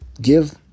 give